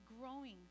growing